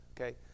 okay